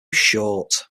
short